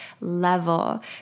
level